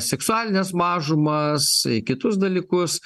seksualines mažumas į kitus dalykus